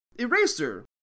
Eraser